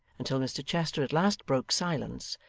until mr chester at last broke silence,